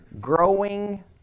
growing